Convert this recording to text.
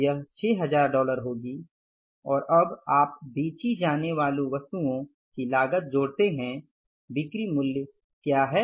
यह 6000 डॉलर होगी और अब आप बेची जाने वाली वस्तुओं की लागत जोड़ते हैं बिक्री मूल्य क्या है